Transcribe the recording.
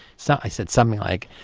so i said something like,